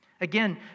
Again